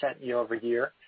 year-over-year